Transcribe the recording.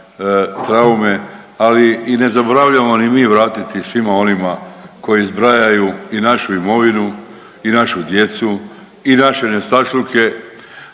traume, ali i ne zaboravljamo ni mi vratiti svima onima koji zbrajaju i našu imovinu i našu djecu i naše nestašluke.